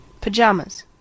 Pajamas